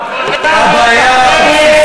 הבעיה הבסיסית,